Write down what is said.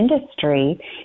industry